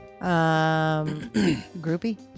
groupie